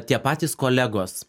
tie patys kolegos